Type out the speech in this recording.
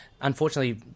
unfortunately